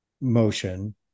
motion